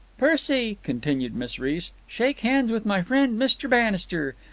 percy, continued miss reece, shake hands with my friend mr. bannister.